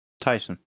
Tyson